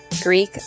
Greek